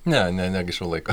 ne ne negaišau laiko